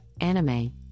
anime